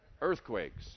Earthquakes